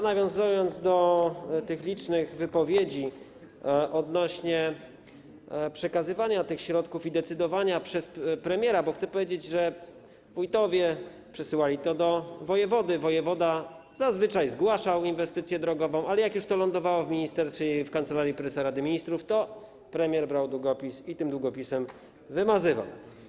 Nawiązując do licznych wypowiedzi odnośnie do przekazywania środków i decydowania przez premiera, chcę powiedzieć, że wójtowie przesyłali to do wojewody, wojewoda zazwyczaj zgłaszał inwestycję drogową, ale jak już to lądowało w ministerstwie i w Kancelarii Prezesa Rady Ministrów, to premier brał długopis i tym długopisem wymazywał.